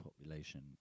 population